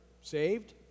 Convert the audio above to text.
saved